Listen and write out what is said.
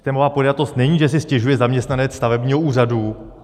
Systémová podjatost není, že si stěžuje zaměstnanec stavebního úřadu.